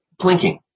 plinking